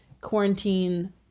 quarantine